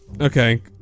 Okay